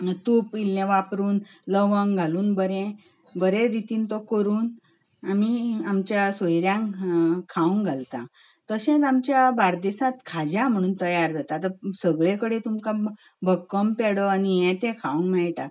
तूप इल्लें वापरून लवंग घालून बरें बरे रितीन तो करून आमी आमच्या सोयऱ्यांक खावंक घालता तशेंंच आमच्या बार्देशांत खाज्यां म्हणून तयार जातात आतां सगळे कडेन तुमकां भक्कम पेडो आनी हें तें खावंक मेळटा